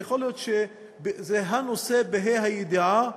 יכול להיות שזה הנושא, בה"א הידיעה,